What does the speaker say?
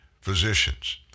physicians